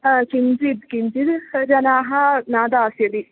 हा किञ्चिद् किञ्चिद् जनाः न दास्यन्ति